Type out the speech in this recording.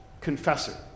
confessor